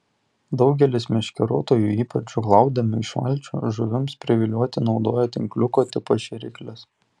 daugelis meškeriotojų ypač žūklaudami iš valčių žuvims privilioti naudoja tinkliuko tipo šėrykles